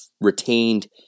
retained